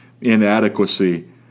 inadequacy